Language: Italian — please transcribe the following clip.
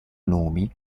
nomi